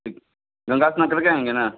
गंगा स्नान करके आएंगे न